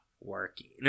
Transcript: working